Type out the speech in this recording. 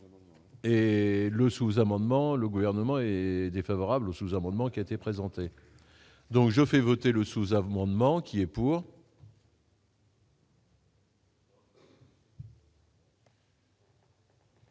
le sous-amendement, le gouvernement est défavorable sous-amendement qui étaient présenté donc je fait voter le sous-avoue qui est pour.